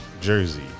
Jersey